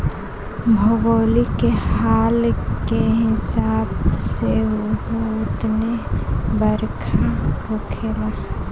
भौगोलिक हाल के हिसाब से उहो उतने बरखा होखेला